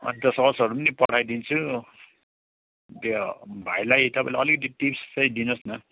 अन्त ससहरू पनि पठाइदिन्छु त्यो भाइलाई तपाईँले अलिकति टिप्स चाहिँ दिनुहोस् न